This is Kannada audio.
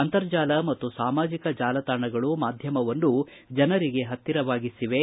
ಅಂತರ್ಜಾಲ ಮತ್ತು ಸಾಮಾಜಿಕ ಜಾಲತಾಣಗಳು ಮಾಧ್ಯಮವನ್ನು ಜನರಿಗೆ ಹತ್ತಿರವಾಗಿಸಿವೆ